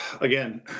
Again